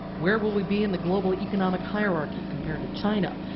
where will we be in the global economic hierarchy compared to china?